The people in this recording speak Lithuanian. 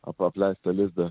ap apleistą lizdą